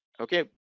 okay